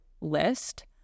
list